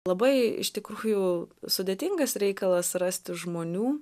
labai iš tikrųjų sudėtingas reikalas rasti žmonių